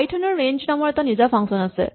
Python ৰ range নামৰ এটা নিজা ফাংচন আছে